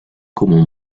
como